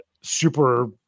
super